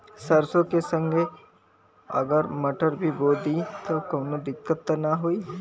सरसो के संगे अगर मटर भी बो दी त कवनो दिक्कत त ना होय?